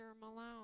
Malone